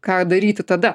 ką daryti tada